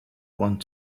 want